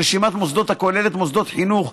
לרשימת מוסדות הכוללת מוסדות חינוך,